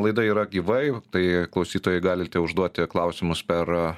laida yra gyvai tai klausytojai galite užduoti klausimus per